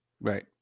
right